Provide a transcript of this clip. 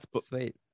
Sweet